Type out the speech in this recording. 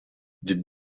dites